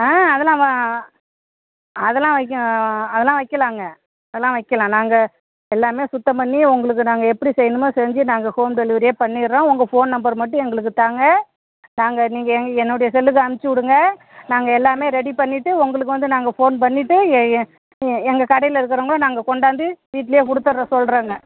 ஆ அதெல்லாம் வ அதெல்லாம் வைக்க அதெல்லாம் வைக்கலாங்க அதெல்லாம் வைக்கலாம் நாங்கள் எல்லாமே சுத்தம் பண்ணி உங்களுக்கு நாங்கள் எப்படி செய்யணுமோ அது செஞ்சு நாங்கள் ஹோம் டெலிவரியே பண்ணிவிட்றோம் உங்கள் ஃபோன் நம்பர் மட்டும் எங்களுக்கு தாங்க நாங்கள் நீங்கள் என் என்னுடைய செல்லுக்கு அனுப்ச்சுவிடுங்க நாங்கள் எல்லாமே ரெடி பண்ணிவிட்டு உங்களுக்கு வந்து நாங்கள் ஃபோன் பண்ணிவிட்டு ஏ ஏ ஏ எங்கள் கடையில் இருக்கிறவங்க நாங்கள் கொண்டாந்து வீட்ல கொடுத்துட்ற சொல்லுறேங்க